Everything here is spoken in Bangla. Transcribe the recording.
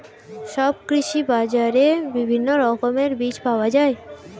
সব কৃষি বাজারে বিভিন্ন রকমের বীজ পাওয়া যায়